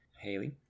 Haley